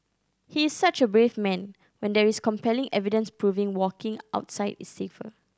he is such a brave man when there is compelling evidence proving walking outside is safer